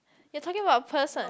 you're talking about a person